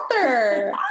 author